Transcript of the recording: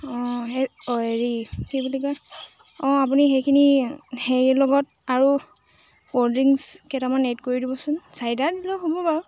অঁ এ অঁ হেৰি কি বুলি কয় অঁ আপুনি সেইখিনি হেৰিৰ লগত আৰু ক'ল্ড ড্ৰিংকছ কেইটামান এড কৰি দিবচোন চাৰিটা দিলেও হ'ব বাৰু